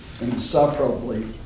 insufferably